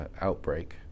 outbreak